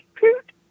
Poot